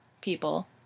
people